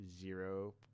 zero